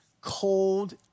cold